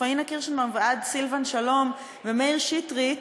מפאינה קירשנבאום ועד סילבן שלום ומאיר שטרית,